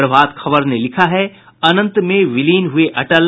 प्रभात खबर ने लिखा है अनंत में विलीन हुये अटल